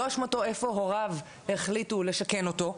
לא אשמתו איפה הוריו החליטו לשכן אותו,